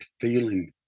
feeling